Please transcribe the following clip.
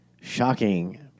Shocking